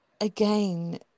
again